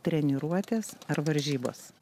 treniruotės ar varžybos